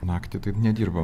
naktį taip nedirbam